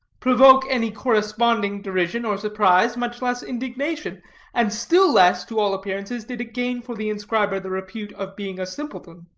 provoke any corresponding derision or surprise, much less indignation and still less, to all appearances, did it gain for the inscriber the repute of being a simpleton.